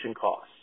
costs